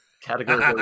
category